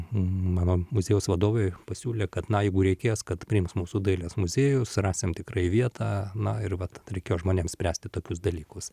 mano muziejaus vadovai pasiūlė kad na jeigu reikės kad priims mūsų dailės muziejus rasim tikrai vietą na ir vat reikėjo žmonėms spręsti tokius dalykus